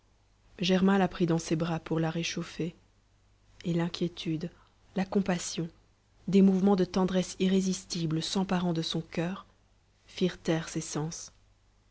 germain la prit dans ses bras pour la réchauffer et l'inquiétude la compassion des mouvements de tendresse irrésistible s'emparant de son cur firent taire ses sens